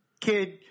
Kid